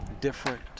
different